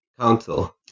Council